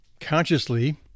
consciously